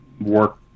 work